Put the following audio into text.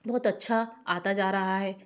बहुत अच्छा आता जा रहा है